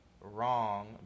wrong